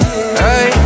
Hey